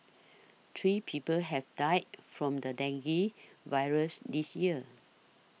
three people have died from the dengue virus this year